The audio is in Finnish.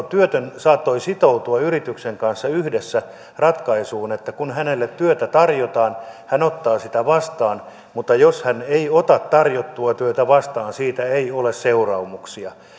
työtön saattoi sitoutua yrityksen kanssa yhdessä ratkaisuun että kun hänelle työtä tarjotaan hän ottaa sitä vastaan mutta jos hän ei ota tarjottua työtä vastaan siitä ei ole seuraamuksia